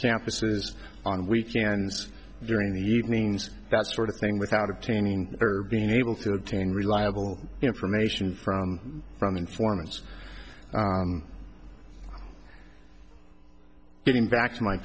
campuses on weekends during the evenings that sort of thing without obtaining her being able to obtain reliable information from from informants getting back to my